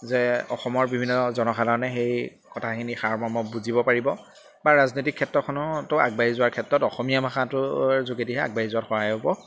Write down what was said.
যে অসমৰ বিভিন্ন জনসাধাৰণে সেই কথাখিনি সাৰ বুজিব পাৰিব বা ৰাজনৈতিক ক্ষেত্ৰখনতো আগবাঢ়ি যোৱাৰ ক্ষেত্ৰত অসমীয়া ভাষাটোৰ যোগেদিহে আগবাঢ়ি যোৱাত সহায় হ'ব